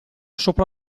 sopra